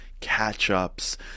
catch-ups